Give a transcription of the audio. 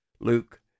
Luke